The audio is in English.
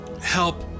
help